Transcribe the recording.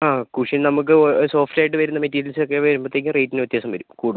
ആ കുഷൻ നമുക്ക് സോഫ്റ്റ് ആയിട്ട് വരുന്ന മെറ്റീരിയൽസ് ഒക്കെ വരുമ്പോഴത്തേക്കും റേറ്റിന് വ്യത്യാസം വരും കൂടും